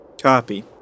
Copy